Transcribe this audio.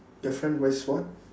your friend wears what